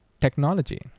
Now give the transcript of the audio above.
technology